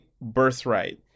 birthright